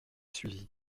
suivit